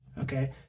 okay